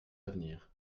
d’avenir